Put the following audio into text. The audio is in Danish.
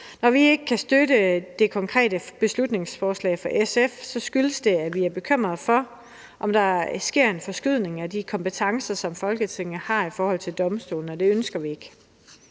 Når vi ikke kan støtte det konkrete beslutningsforslag fra SF, skyldes det, at vi er bekymrede for, om der sker en forskydning af de kompetencer, som Folketinget har i forhold til domstolene, og det ønsker vi ikke.